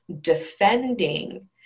defending